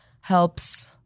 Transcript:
helps